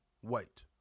white